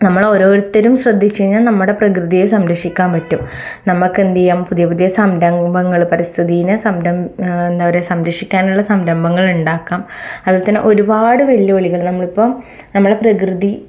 നമ്മൾ ഓരോരുത്തരും ശ്രദ്ധിച്ചു കഴിഞ്ഞാൽ നമ്മുടെ പ്രകൃതിയെ സംരക്ഷിക്കാൻ പറ്റും നമുക്ക് എന്ത് ചെയ്യാം പുതിയ പുതിയ സംരംഭങ്ങൾ പരിസ്ഥിതിനെ സംരംഭം എന്താ പറയുക സംരക്ഷിക്കാനുള്ള സംരംഭങ്ങൾ ഉണ്ടാക്കാം അതുപോലെ തന്നെ ഒരുപാട് വെല്ലുവിളികൾ നമ്മളിപ്പം നമ്മളുടെ പ്രകൃതി